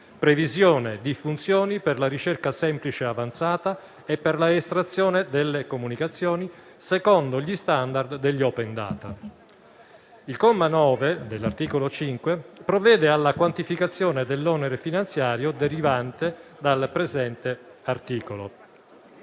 previsione di funzioni per la ricerca semplice e avanzata e per l'estrazione delle comunicazioni secondo gli standard degli *open data*. Il comma 9 dell'articolo 5 provvede alla quantificazione dell'onere finanziario derivante dal presente articolo.